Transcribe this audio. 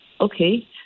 okay